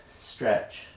stretch